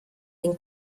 den